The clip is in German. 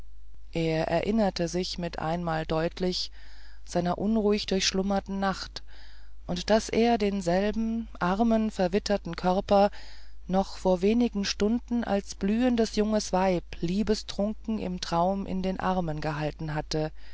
er erinnerte sich mit einemmal deutlich seiner unruhig durchschlummerten nacht und daß er denselben armen verwitterten körper noch vor wenigen stunden als blühendes junges weib liebestrunken im traum in den armen gehalten hatte